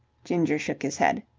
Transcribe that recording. ginger shook his head.